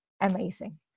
amazing